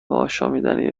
آشامیدنی